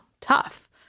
tough